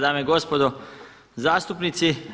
Dame i gospodo zastupnici.